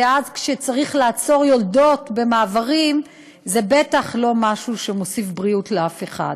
ואז כשצריך לעצור יולדות במעברים זה בטח לא משהו שמוסיף בריאות לאף אחד.